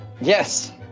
Yes